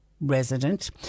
resident